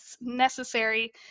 necessary